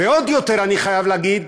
ועוד יותר, אני חייב להגיד